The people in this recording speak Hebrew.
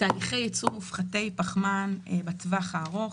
בתהליכי יצור מופחתי פחמן בטווח הארוך.